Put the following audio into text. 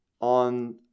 on